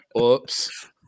Oops